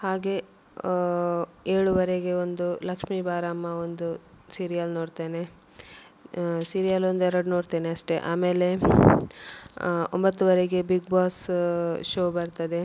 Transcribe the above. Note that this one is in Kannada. ಹಾಗೆ ಏಳುವರೆಗೆ ಒಂದು ಲಕ್ಷ್ಮೀ ಬಾರಮ್ಮ ಒಂದು ಸೀರಿಯಲ್ ನೋಡ್ತೇನೆ ಸೀರಿಯಲ್ ಒಂದೆರಡು ನೋಡ್ತೇನೆ ಅಷ್ಟೆ ಆಮೇಲೆ ಒಂಬತ್ತುವರೆಗೆ ಬಿಗ್ ಬಾಸ್ ಶೋ ಬರ್ತದೆ